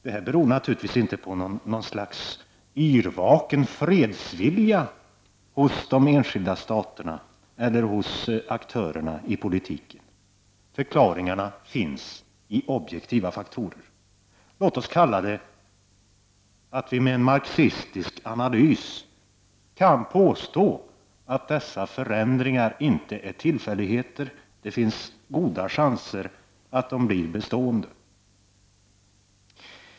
Det här har inget att göra med något slags yrvaken fredsvilja hos de enskilda staterna eller hos aktörerna i politiken. Förklaringarna finns i objektiva faktorer. Låt oss säga att vi med marxsistisk analys kan påstå att dessa förändringar inte är tillfälligheter och att det finns goda chanser till att de blir bestående.